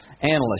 analysts